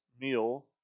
meal